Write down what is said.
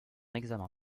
examen